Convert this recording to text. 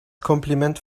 kompliment